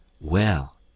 Well